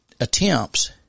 attempts